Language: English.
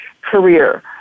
career